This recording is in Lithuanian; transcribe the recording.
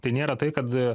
tai nėra tai kad